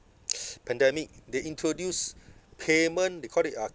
pandemic they introduce payment they call it uh